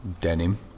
denim